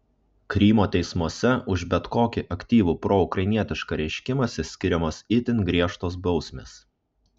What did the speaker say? krymo teismuose už bet kokį aktyvų proukrainietišką reiškimąsi skiriamos itin griežtos bausmės